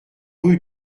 rue